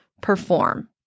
perform